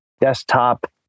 desktop